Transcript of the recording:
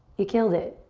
you killed it.